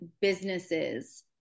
businesses